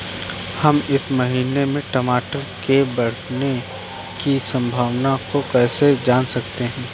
हम इस महीने में टमाटर के बढ़ने की संभावना को कैसे जान सकते हैं?